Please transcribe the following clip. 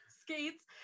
skates